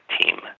team